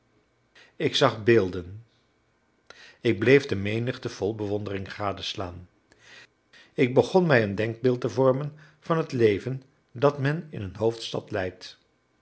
ik zag beelden ik bleef de menigte vol bewondering gadeslaan ik begon mij een denkbeeld te vormen van het leven dat men in een hoofdstad leidt